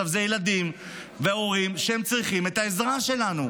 אלה ילדים והורים שצריכים את העזרה שלנו.